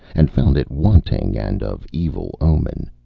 and found it wanting, and of evil omen.